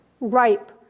ripe